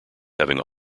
having